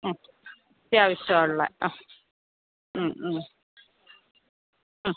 അത്യാവശ്യമുള്ള അ